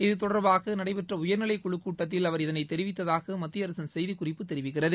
இது தொடர்பாக நடைபெற்ற உயர்நிலைக் குழுக் கூட்டத்தில் அவர் இதனை தெரிவித்ததாக மத்திய அரசின் செய்திக்குறிப்பு தெரிவிக்கிறது